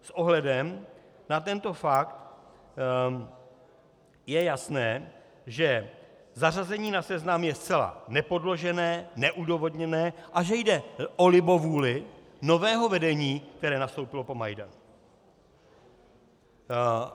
S ohledem na tento fakt je jasné, že zařazení na seznam je zcela nepodložené, neodůvodněné a že jde o libovůli nového vedení, které nastoupilo po Majdanu.